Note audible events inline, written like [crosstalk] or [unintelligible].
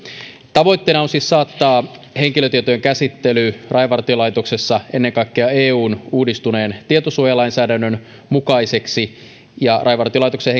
tavoitteena on siis saattaa henkilötietojen käsittely rajavartiolaitoksessa ennen kaikkea eun uudistuneen tietosuojalainsäädännön mukaiseksi ja rajavartiolaitoksen [unintelligible]